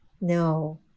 no